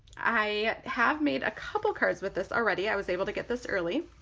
i have made a couple cards with this already, i was able to get this early.